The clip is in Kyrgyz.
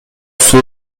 суу